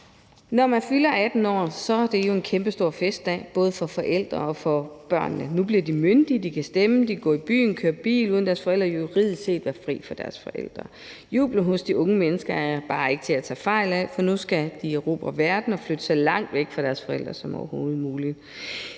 man fylder 18 år, er det jo en kæmpestor festdag, både for forældrene og for børnene. Nu bliver børnene myndige; de kan stemme, de kan gå i byen, køre bil uden deres forældre – juridisk set være fri af deres forældre. Jubelen hos de unge mennesker er bare ikke til at tage fejl af, for nu skal de erobre verden og flytte så langt væk fra deres forældre som overhovedet muligt.